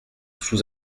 sous